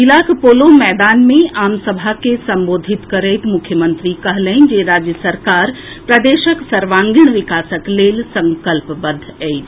जिलाक पोलो मैदान मे आम सभा के संबोधित करैत मुख्यमंत्री कहलनि जे राज्य सरकार प्रदेशक सर्वांगीण विकासक लेल संकल्पबद्ध अछि